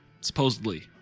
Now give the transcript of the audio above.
Supposedly